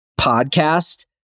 podcast